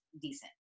decent